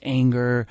anger